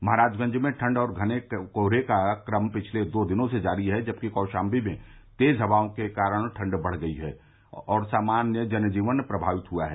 महराजगंज में ठंड और घने कोहरे का क्रम पिछले दो दिनों से जारी है जबकि कौशाम्बी में तेज हवाओं के कारण ठंडक बढ़ गई है और सामान्य जन जीवन प्रभावित हुआ है